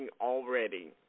already